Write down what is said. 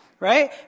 Right